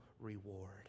reward